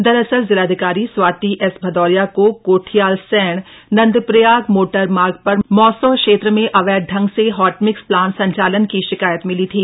दरअसल जिलाधिकारी स्वाति एस भदौरिया को कोठियालसैंण नंदप्रयाग मोटरमार्ग पर मौसों क्षेत्र में अवैध ढंग से हॉटमिक्स प्लांट संचालन की शिकायत मिली थी